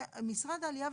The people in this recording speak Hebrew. --- משרד העלייה והקליטה,